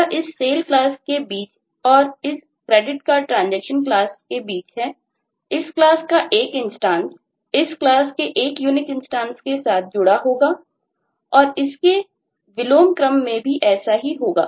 यह इस Sale class के बीच और इस CreditCardTransaction क्लास के बीच है इस क्लास का एक इंस्टांस के साथ जुड़ा होगा और इसके विलोमक्रम में भी ऐसा ही होगा